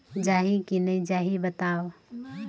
जाही की नइ जाही बताव?